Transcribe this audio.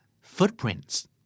Footprints